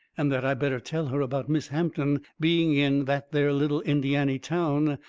and that i better tell her about miss hampton being in that there little indiany town,